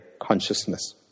consciousness